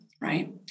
right